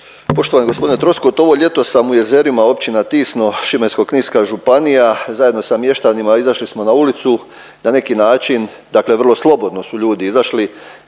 Poštovani gospodine Troskot, ovo ljeto sam u Jezerima, općina Tisno, Šibensko-kninska županija zajedno sa mještanima izašli smo na ulicu na neki način, dakle vrlo slobodno su ljudi izašli,